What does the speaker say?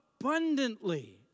abundantly